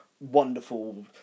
Wonderful